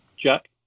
Jack